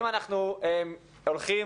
השאלה היא האם אנחנו הולכים